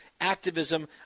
activism